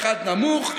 אחד נמוך,